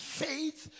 faith